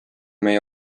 meie